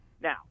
Now